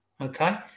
Okay